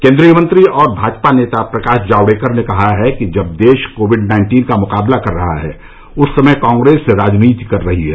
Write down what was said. केन्द्रीय मंत्री और भाजपा नेता प्रकाश जावड़ेकर ने कहा कि जब देश कोविड नाइन्टीन का मुकाबला कर रहा है उस समय कांग्रेस राजनीति कर रही है